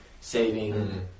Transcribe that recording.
saving